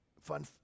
fun